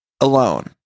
alone